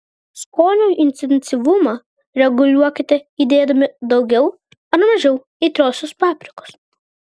skonio intensyvumą reguliuokite įdėdami daugiau ar mažiau aitriosios paprikos